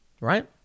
right